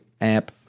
app